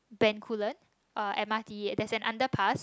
Bencoolen uh m_r_t there's an underpass